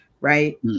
right